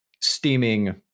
steaming